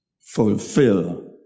fulfill